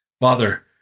Father